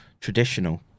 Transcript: traditional